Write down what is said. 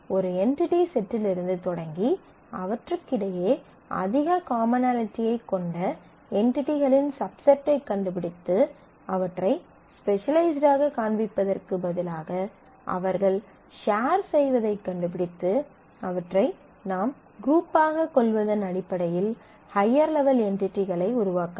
ஒரு என்டிடி செட்டிலிருந்து தொடங்கி அவற்றுக்கிடையே அதிக காமனாலிட்டியைக் கொண்ட என்டிடிகளின் சப்செட்டை கண்டுபிடித்து அவற்றை ஸ்பெசலைஸ்ட் ஆகக் காண்பிப்பதற்குப் பதிலாக அவர்கள் ஷேர் செய்வதைக் கண்டுபிடித்து அவற்றை நாம் குரூப்பாகக் கொள்வதன் அடிப்படையில் ஹய்யர் லெவல் என்டிடிகளை உருவாக்கலாம்